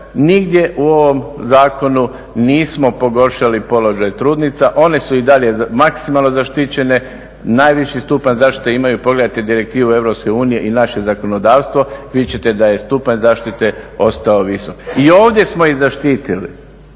nigdje u ovom zakonu nismo pogoršali položaj trudnica, one su i dalje maksimalno zaštićene. Najviši stupanj zaštite, pogledajte Direktivu EU i naše zakonodavstvo vidjet ćete da je stupanj zaštite ostao visok. I ovdje smo ih zaštitili